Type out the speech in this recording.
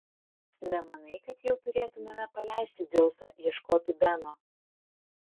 nemanai kad jau turėtumėme paleisti dzeusą ieškoti beno